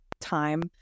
time